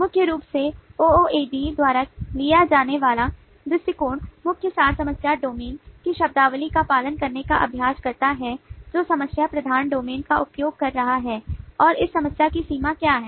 मुख्य रूप से OOAD द्वारा लिया जाने वाला दृष्टिकोण मुख्य सार समस्या डोमेन की शब्दावली का पालन करने का प्रयास करता है जो समस्या प्रधान डोमेन का उपयोग कर रहा है और इस समस्या की सीमा क्या है